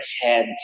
head